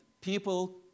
people